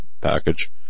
package